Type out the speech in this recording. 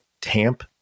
tamp